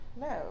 No